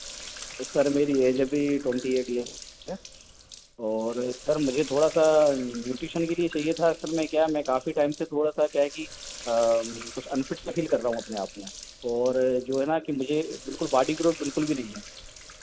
तो सर मेरी एज अभी ट्वेटी एट ईयर है और सर मुझे थोड़ा सा न्यूट्रिशन के लिए चाहिए था सर मैं क्या मैं काफ़ी टाइम से थोड़ा सा क्या है कि कुछ अनफिट सा फील कर रहा हूँ अपने आप में और जो है ना की मुझे बिल्कुल बॉडी ग्रोथ बिल्कुल भी नहीं